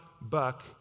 Buck